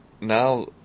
Now